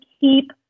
keep